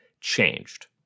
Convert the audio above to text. changed